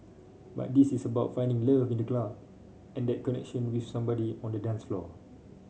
but this is about finding love in the club and that connection with somebody on the dance floor